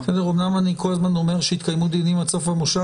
אמנם אני כל הזמן אומר שיתקיימו דיונים עד סוף המושב,